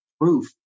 proof